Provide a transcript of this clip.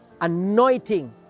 anointing